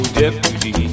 deputy